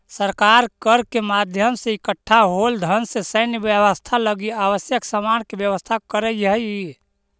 सरकार कर के माध्यम से इकट्ठा होल धन से सैन्य व्यवस्था लगी आवश्यक सामान के व्यवस्था करऽ हई